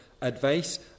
advice